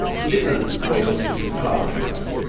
different ways of using flowers for us.